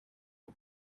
und